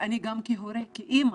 ואני גם כהורה, כאמא,